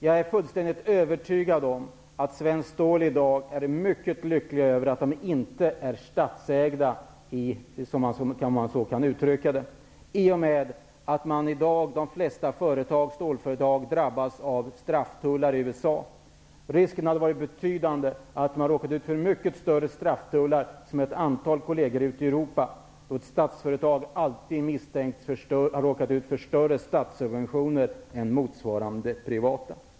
Jag är fullständigt övertygad om att man inom Svenskt stål i dag är mycket lycklig över att företaget inte är statsägt, om man så får uttrycka det, eftersom de flesta stålföretag i dag drabbas av strafftullar i USA. Risken hade varit stor att Svenskt stål, som ett antal andra stålföretag ute i Europa, hade råkat ut för mycket större strafftullar om företaget hade varit statsägt, eftersom man alltid misstänker att ett statsföretag har fått större statssubventioner än motsvarande privata företag.